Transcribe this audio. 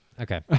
okay